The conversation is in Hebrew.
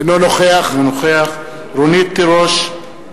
אינו נוכח רונית תירוש,